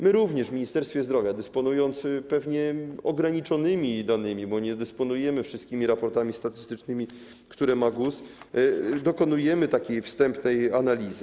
My również w Ministerstwie Zdrowia, dysponującym ograniczonymi danymi - bo nie dysponujemy wszystkimi raportami statystycznymi, które ma GUS - dokonujemy wstępnej analizy.